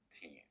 team